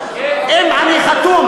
כן, ערבי, אם אני חתום.